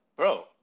Bro